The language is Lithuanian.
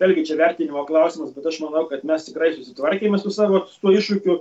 vėlgi čia vertinimo klausimas bet aš manau kad mes tikrai sutvarkėme su savo tuo iššūkiu